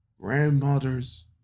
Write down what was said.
grandmothers